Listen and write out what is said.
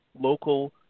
Local